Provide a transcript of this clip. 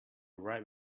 write